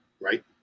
right